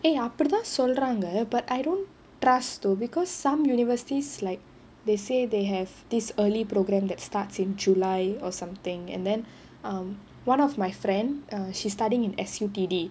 eh அப்டி தான் சொல்றாங்க:apdi dhaan solraanga but I don't trust though because some universities like they say they have this early program that starts in july or something and then um one of my friend err she's studying in S_U_T_D